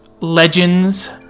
legends